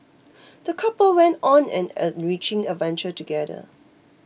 the couple went on an enriching adventure together